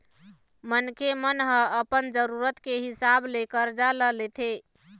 मनखे मन ह अपन जरुरत के हिसाब ले करजा ल लेथे